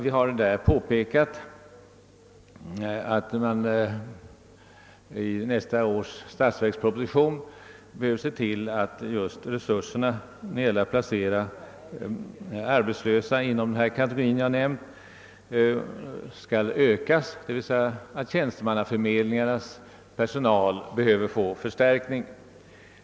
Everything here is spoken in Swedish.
Vi har påpekat att regeringen i nästa års statsverksproposition bör se till att öka resurserna när det gäller att omplacera arbetslösa inom den kategori jag nämnt och att tjänstemannaförmedlingarnas personal behöver få förstärkning.